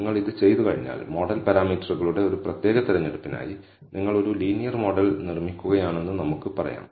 അതിനാൽ നിങ്ങൾ ഇത് ചെയ്തുകഴിഞ്ഞാൽ മോഡൽ പാരാമീറ്ററുകളുടെ ഒരു പ്രത്യേക തിരഞ്ഞെടുപ്പിനായി നിങ്ങൾ ഒരു ലീനിയർ മോഡൽ നിർമ്മിക്കുകയാണെന്ന് നമുക്ക് പറയാം